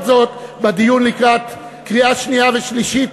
זאת בדיון לקראת קריאה שנייה ושלישית,